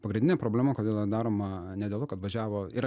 pagrindinė problema kodėl daroma ne dėl to kad važiavo ir